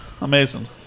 amazing